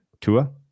Tua